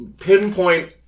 pinpoint